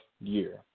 year